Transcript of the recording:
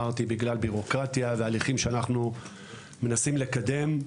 יש בירוקרטיה בהליכים שאנחנו מנסים לקדם.